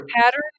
pattern